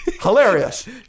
Hilarious